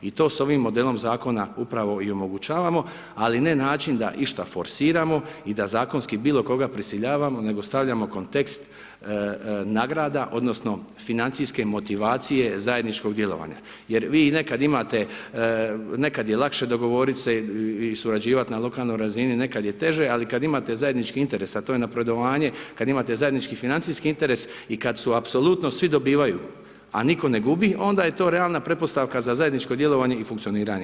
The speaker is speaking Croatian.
I to se ovim modelom zakona upravo i omogućavamo, ali ne način da išta forsiramo i da zakonski bilo koga prisiljavamo nego stavljamo kontekst nagrada odnosno financijske motivacije zajedničkog djelovanja, jer vi nekad imate, nekad je lakše dogovorit se i surađivat na lokalnoj razini, nekad je teže, ali kad imate zajednički interes a to je napredovanje, kad imate zajednički financijski interes i kad apsolutno svi dobivaju, a niko ne gubi onda je to realna pretpostavka za zajedničko djelovanje i funkcioniranje.